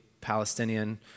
Palestinian